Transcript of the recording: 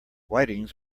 whitings